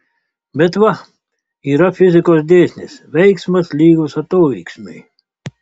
bet va yra fizikos dėsnis veiksmas lygus atoveiksmiui